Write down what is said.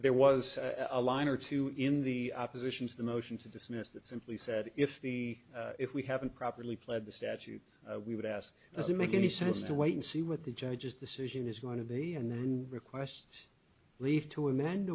there was a line or two in the opposition to the motion to dismiss that simply said if the if we haven't properly pled the statute we would ask does it make any sense to wait and see what the judge's decision is one of a and then requests leave to amend